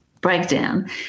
Breakdown